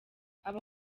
abo